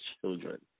children